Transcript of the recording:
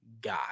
guy